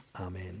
Amen